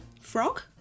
frog